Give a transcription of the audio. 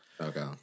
Okay